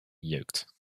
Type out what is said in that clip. jeukt